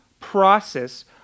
process